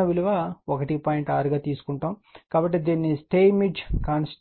6 కాబట్టి దీనిని స్టెయిన్మెట్జ్